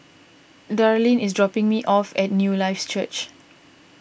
Darleen is dropping me off at Newlife Church